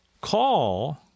call